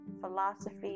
philosophy